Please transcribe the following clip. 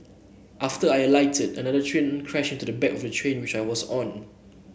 after I alighted another train crashed into the back of the train which I was on